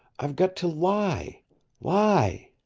i've got to lie lie